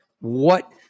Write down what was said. what-